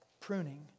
pruning